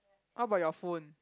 how about your phone